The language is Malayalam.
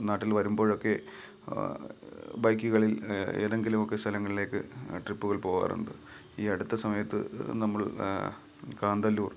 നാട്ടിൽ വരുമ്പോഴൊക്കെ ബൈക്കുകളിൽ ഏതെങ്കിലുവൊക്കെ സ്ഥലങ്ങളിലേക്ക് ട്രിപ്പുകൾ പോകാറുണ്ട് ഈ അടുത്ത സമത്ത് നമ്മൾ കാന്തല്ലൂർ